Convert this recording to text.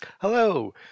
hello